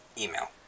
Email